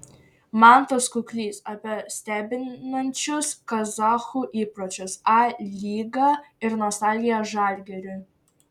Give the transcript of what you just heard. mantas kuklys apie stebinančius kazachų įpročius a lygą ir nostalgiją žalgiriui